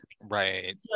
Right